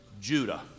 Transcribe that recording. Judah